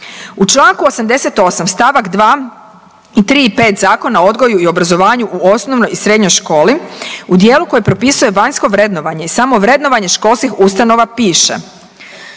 U čl. 88. st. 2. i 3. i 5. Zakona o odgoju i obrazovanju u osnovnoj i srednjoj školi u dijelu koji propisuje vanjsko vrednovanje i samovrednovanje školskih ustanova piše,